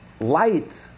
light